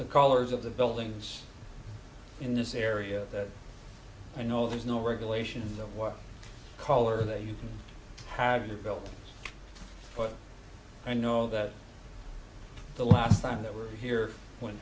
the colors of the buildings in this area that i know there's no regulations of what color they you can have developed but i know that the last time they were here when